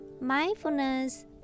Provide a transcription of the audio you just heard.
mindfulness